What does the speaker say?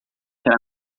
será